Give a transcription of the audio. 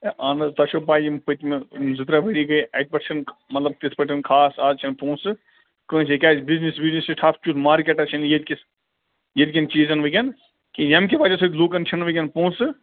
ہے اَہَن حظ تۄہہِ چھَو پاے یِم پٔتمہِ یِم زٕ ترٛےٚ ؤری گٔے اَتہِ پٮ۪ٹھ چھِنہٕ مطلب تِتھ پٲٹھۍ خاص اَز چھنہٕ پۄنٛسہٕ کانٛسی کیٛازِ بِزنِس چھِ ٹھپ مارکیٹَس چھِنہٕ یٔتکِس یٔتکیٚن چیٖزَن ؤنکیٚن کہ ییٚمہِ کہ وجہ سۭتۍ لُکَن چھِنہٕ ؤنکیٚن پۄنٛسہٕ